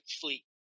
fleet